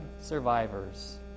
survivors